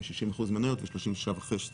עם 60% מניות ו-36.5%